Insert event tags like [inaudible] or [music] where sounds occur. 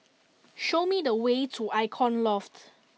[noise] show me the way to Icon Loft